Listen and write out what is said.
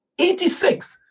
86